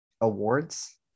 awards